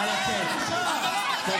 נא לצאת כולם.